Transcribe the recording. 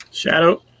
Shadow